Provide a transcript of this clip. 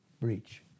breach